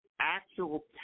actual